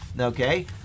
okay